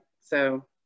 So-